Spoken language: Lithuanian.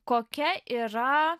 kokia yra